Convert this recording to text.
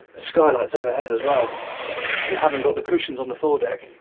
skylight's overhead as well you haven't got the cushions on the floor deck